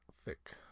thick